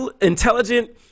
intelligent